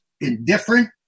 indifferent